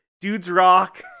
dudes-rock